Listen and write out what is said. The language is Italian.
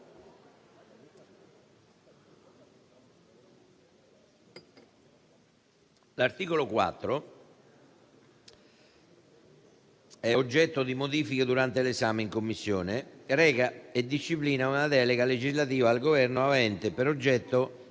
L'articolo 4, oggetto di modifiche durante l'esame in Commissione, reca e disciplina una delega legislativa al Governo avente per oggetto